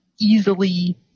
easily